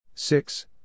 Six